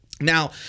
Now